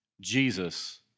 Jesus